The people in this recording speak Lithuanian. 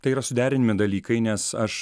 tai yra suderinami dalykai nes aš